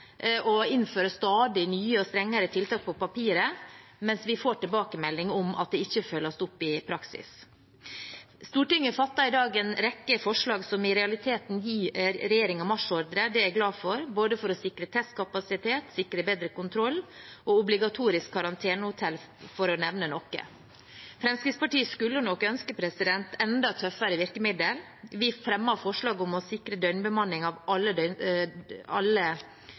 og innfører stadig nye og strengere tiltak på papiret, mens vi får tilbakemelding om at det ikke følges opp i praksis. Stortinget vedtar i dag en rekke forslag som i realiteten gir regjeringen marsjordre – det er jeg glad for – for både å sikre testkapasitet, sikre bedre kontroll og obligatorisk karantenehotell, for å nevne noe. Fremskrittspartiet skulle nok ønske enda tøffere virkemiddel. Vi fremmer forslag om å sikre døgnbemanning av alle